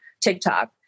TikTok